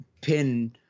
pin